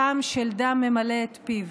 טעם של דם ממלא את פיו.